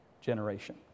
generation